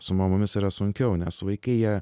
su mamomis yra sunkiau nes vaikai jie